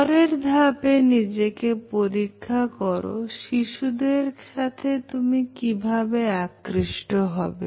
পরের ধাপে নিজেকে পরীক্ষা করো শিশুদের কিভাবে আকর্ষিত করবে